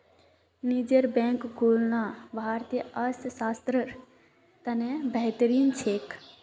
निजी बैंक खुलना भारतीय अर्थव्यवस्थार त न बेहतर छेक